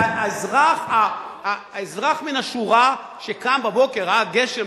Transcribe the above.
והאזרח מן השורה שקם בבוקר וראה גשם,